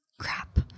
Crap